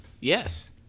Yes